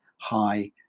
high